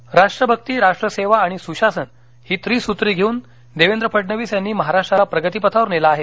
रविशंकर राष्ट्रभक्ती राष्ट्रसेवा आणि सुशासन ही त्रिसुत्री घेऊन देवेंद्र फडणवीस यांनी महाराष्ट्राला प्रगतीपथावर नेले आहे